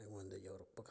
ꯑꯩꯉꯣꯟꯗ ꯌꯧꯔꯛꯄꯒ